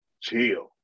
chill